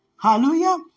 Hallelujah